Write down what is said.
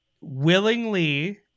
willingly